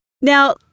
Now